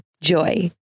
Joy